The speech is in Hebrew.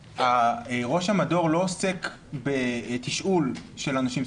ראש המדור לא עוסק בתשאול של אנשים,